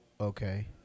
Okay